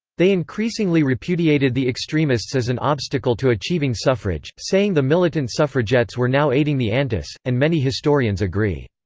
they increasingly repudiated the extremists as an obstacle to achieving suffrage, saying the militant suffragettes were now aiding the antis, and many historians agree.